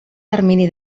termini